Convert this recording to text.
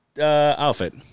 outfit